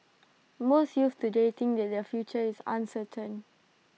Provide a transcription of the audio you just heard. most youths today think that their future is uncertain